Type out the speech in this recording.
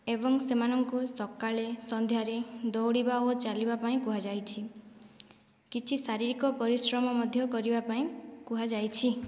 ଏବଂ ସେମାନକୁ ସକାଳେ ସନ୍ଧ୍ୟାରେ ଦୌଡ଼ିବା ଓ ଚାଲିବା ପାଇଁ କୁହାଯାଇଛି କିଛି ଶାରୀରିକ ପରିଶ୍ରମ ମଧ୍ୟ କରିବା ପାଇଁ କୁହାଯାଇଛି